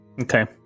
Okay